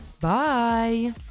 Bye